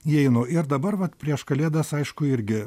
įeinu ir dabar vat prieš kalėdas aišku irgi